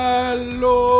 Hello